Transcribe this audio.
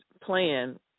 plan